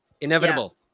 inevitable